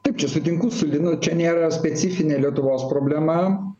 taip čia sutinku su linu čia nėra specifinė lietuvos problema